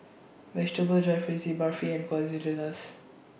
Vegetable Jalfrezi Barfi and Quesadillas